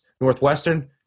Northwestern